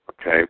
Okay